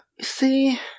See